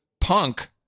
Punk